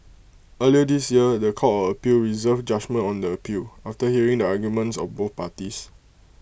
earlier this year The Court of appeal reserved judgement on the appeal after hearing the arguments of both parties